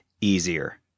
easier